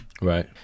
Right